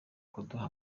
kuduha